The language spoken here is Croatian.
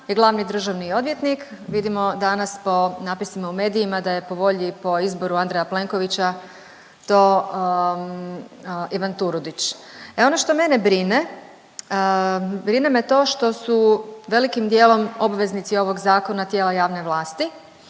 je glavni državni odvjetnik, vidimo danas po napisima u medijima, da je po volji, po izboru Andreja Plenkovića to Ivan Turudić. E ono što mene brine, brine me to što su velikim dijelom ovog Zakona tijela javne vlasti,